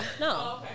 No